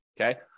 Okay